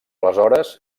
aleshores